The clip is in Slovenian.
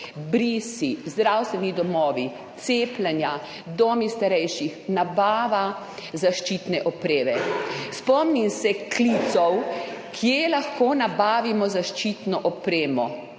brisi, zdravstveni domovi, cepljenja, domovi starejših, nabava zaščitne opreme. Spomnim se klicev, kje lahko nabavimo zaščitno opremo